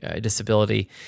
disability